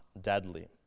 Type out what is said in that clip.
deadly